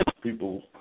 people